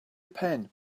pen